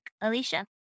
Alicia